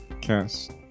cast